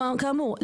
כאמור,